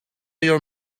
your